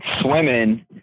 swimming